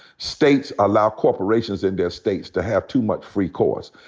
states allow corporations in their states to have too much free course.